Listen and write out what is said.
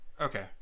Okay